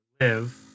live